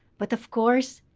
but of course,